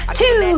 two